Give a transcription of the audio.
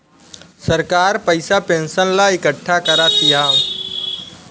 सरकार पइसा पेंशन ला इकट्ठा करा तिया